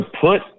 put